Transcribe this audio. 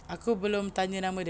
aku belum tanya nama dia